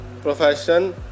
profession